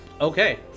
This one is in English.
Okay